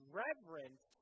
reverence